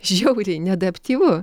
žiauriai neadaptyvu